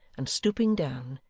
and stooping down,